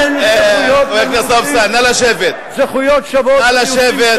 אין זכויות שוות למיעוטים,